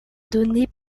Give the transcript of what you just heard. donnés